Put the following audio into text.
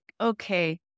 okay